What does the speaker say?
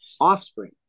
offspring